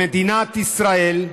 במדינת ישראל,